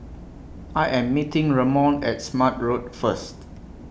I Am meeting Ramon At Smart Road First